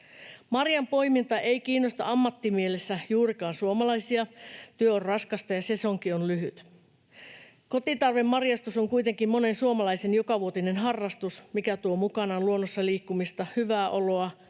Marjanpoiminta ei kiinnosta ammattimielessä juurikaan suomalaisia: työ on raskasta ja sesonki on lyhyt. Kotitarvemarjastus on kuitenkin monen suomalaisen jokavuotinen harrastus, mikä tuo mukanaan luonnossa liikkumista, hyvää oloa